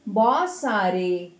ਬਹੁਤ ਸਾਰੇ